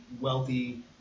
wealthy